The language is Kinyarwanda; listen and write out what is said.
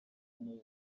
muri